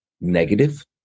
negative